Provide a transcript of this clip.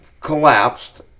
collapsed